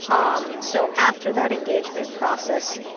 um so after that engagement process,